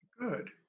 Good